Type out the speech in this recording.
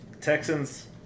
Texans